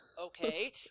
okay